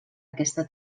aquesta